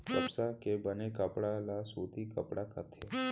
कपसा के बने कपड़ा ल सूती कपड़ा कथें